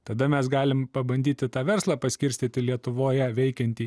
tada mes galim pabandyti tą verslą paskirstyti lietuvoje veikiantį